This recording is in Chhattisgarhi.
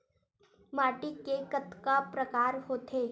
माटी के कतका प्रकार होथे?